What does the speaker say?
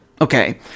Okay